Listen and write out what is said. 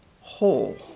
whole